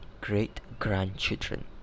great-grandchildren